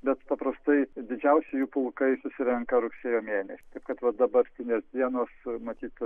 bet paprastai didžiausi jų pulkai susirenka rugsėjo mėnesį taip kad va dabartinės dienos matyt